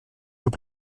vous